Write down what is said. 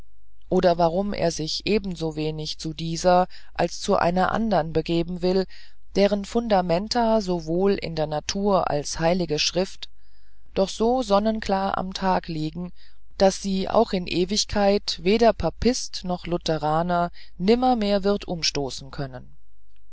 oder warum er sich ebensowenig zu dieser als zu einer andern begeben will deren fundamenta sowohl in der natur als hl schrift doch so sonnenklar am tag liegen daß sie auch in ewigkeit weder papist noch lutheraner nimmermehr wird umstoßen können